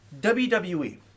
WWE